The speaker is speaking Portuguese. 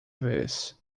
vez